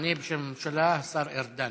יענה בשם הממשלה השר ארדן.